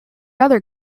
other